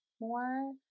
more